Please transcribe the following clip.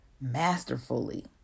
masterfully